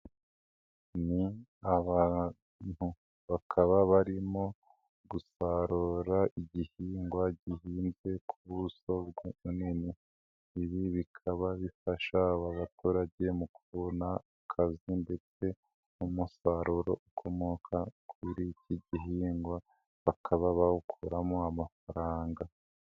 Ni abantu, bakaba barimo gusarura igihingwa gihinze ku buso bunini, ibi bikaba bifasha aba baturage mu kubona akazi ndetse n'umusaruro ukomoka kuri iki gihingwa, bakaba bawukuramo amafaranga.